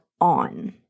on